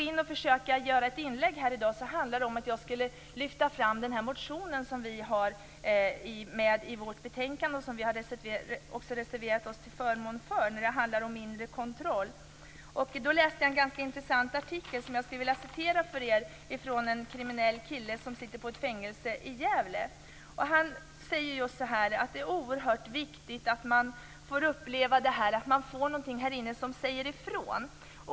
Inför mitt inlägg här i dag, där jag skulle lyfta fram den motion om bl.a. inre kontroll som vi har med i betänkandet och också har reserverat oss till förmån för, läste jag en ganska intressant artikel som jag skulle vilja citera ur. Den handlar om en kriminell kille som sitter i fängelse i Gävle. Han talar om hur oerhört viktigt det är att man får uppleva att man får någonting här inne som säger ifrån.